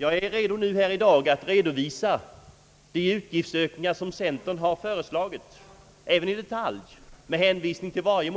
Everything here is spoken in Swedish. Jag är redo att nu här i dag redovisa de utgiftsökningar som centern har föreslagit, även i detalj, med hänvisning till alla